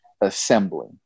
assembly